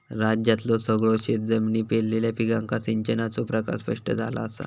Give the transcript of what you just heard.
राज्यातल्यो सगळयो शेतजमिनी पेरलेल्या पिकांका सिंचनाचो प्रकार स्पष्ट झाला असा